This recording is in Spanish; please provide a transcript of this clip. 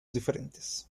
diferentes